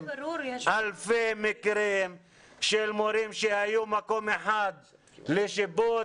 אלפי מקרים של מורים שהיו במקום אחד לשיבוץ,